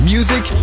Music